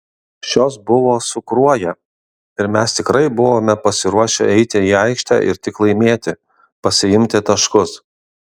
šios buvo su kruoja ir mes tikrai buvome pasiruošę eiti į aikštę ir tik laimėti pasiimti taškus